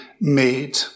made